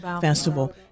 Festival